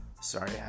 Sorry